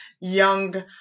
young